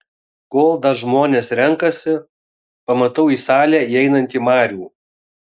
kol dar žmonės renkasi pamatau į salę įeinantį marių